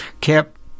kept